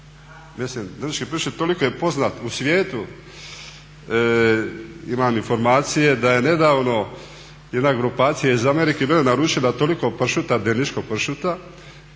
Mislim drniški pršut toliko je poznat u svijetu, imam informacije da je nedavno jedna grupacija iz Amerike bila naručila toliko pršuta, drniškog pršuta